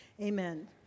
Amen